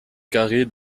carrés